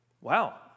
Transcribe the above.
Wow